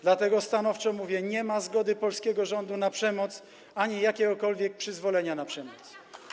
Dlatego stanowczo mówię: nie ma zgody polskiego rządu na przemoc ani jakiegokolwiek przyzwolenia na przemoc.